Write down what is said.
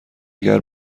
اگر